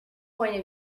point